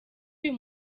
uyu